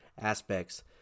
aspects